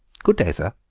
good day, sir.